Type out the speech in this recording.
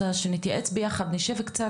לסייע לך בחשיבה.